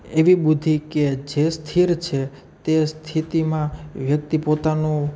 એવી બુદ્ધિ કે જે સ્થિર છે તે સ્થિતિમાં વ્યક્તિ પોતાનો